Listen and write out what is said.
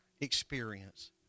experience